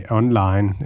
online